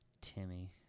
Timmy